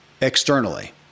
externally